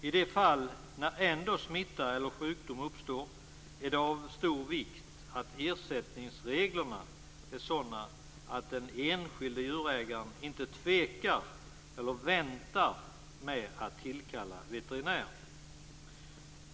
I de fall smitta eller sjukdom ändå uppstår är det av stor vikt att ersättningsreglerna är sådana att den enskilde djurägaren inte tvekar eller väntar med att tillkalla veterinär.